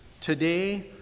today